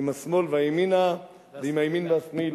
אם השמאל ואימנה ואם הימין ואשמאילה".